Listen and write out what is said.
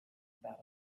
about